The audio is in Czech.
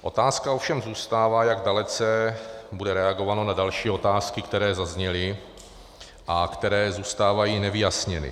Otázka ovšem zůstává, jak dalece bude reagováno na další otázky, které zazněly a které zůstávají nevyjasněny.